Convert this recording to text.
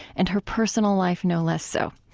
and her personal life no less so.